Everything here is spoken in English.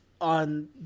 on